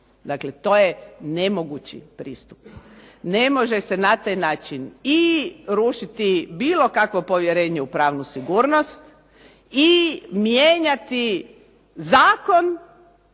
Dakle, to je nemogući pristup. Ne može se na taj način rušiti i bilo kakovo povjerenje u pravnu sigurnost i mijenjati zakon